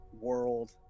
world